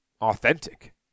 authentic